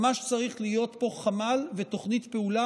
ממש צריך להיות פה חמ"ל ותוכנית פעולה